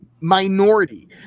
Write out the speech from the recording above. minority